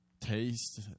Taste